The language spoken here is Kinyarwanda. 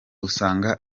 usanga